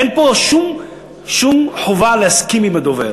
אין פה שום חובה להסכים עם הדובר.